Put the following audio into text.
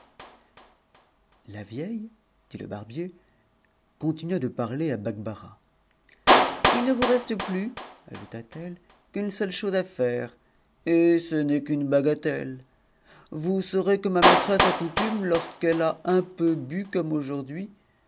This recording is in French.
la vieille dit le barbier continua de parler à bakbarah il ne vous reste plus ajouta-t-elle qu'une seule chose à faire et ce n'est qu'une bagatelle vous saurez que ma maîtresse a coutume lorsqu'elle a un peu bu comme aujourd'hui